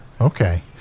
Okay